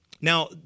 Now